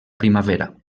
primavera